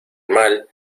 mal